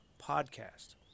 podcast